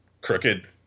crooked